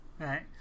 right